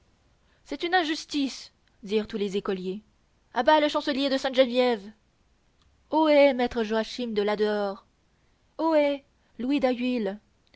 c'est une injustice dirent tous les écoliers à bas le chancelier de sainte-geneviève ho hé maître joachim de ladehors ho hé louis